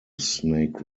snake